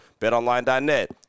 BetOnline.net